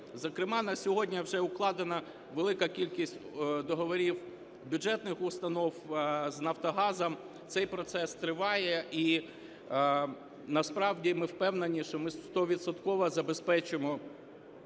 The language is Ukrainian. Зокрема, на сьогодні вже укладена велика кількість договорів бюджетних установ з "Нафтогазом", цей процес триває, і насправді ми впевнені, що ми стовідсотково забезпечимо